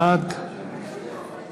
בעד